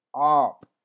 up